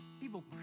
people